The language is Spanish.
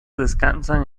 descansan